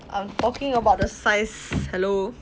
I'm talking about the size hello